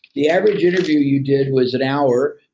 the average interview you did was an hour.